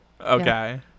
Okay